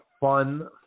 fun